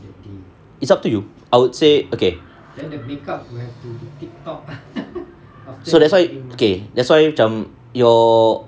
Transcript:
it's up to you I would say okay so that's why okay that's why macam your